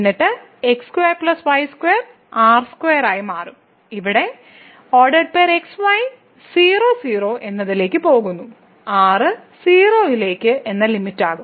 എന്നിട്ട് x2 y2 r2 ആയി മാറും ഇവിടെ x y 00 എന്നതിലേക്ക് പോകുന്നത് r 0 ലേക്ക് എന്ന ലിമിറ്റാകും